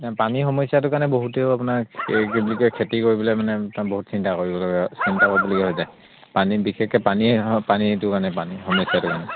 পানী সমস্যাটো কাৰণে বহুতেও আপোনাৰ এই কি বুলি কয় খেতি কৰিবলে মানে বহুত চিন্তা কৰিব চিন্তা কৰিবলগীয়া হৈ যায় পানী বিশেষকে পানী পানীটো কাৰণে পানী সমস্যাটো কাৰণে